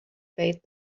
bade